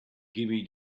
gimme